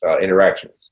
interactions